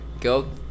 go